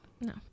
No